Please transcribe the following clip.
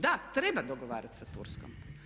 Da, treba dogovarat sa Turskom.